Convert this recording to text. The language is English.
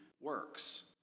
works